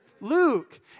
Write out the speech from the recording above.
Luke